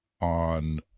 On